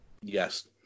Yes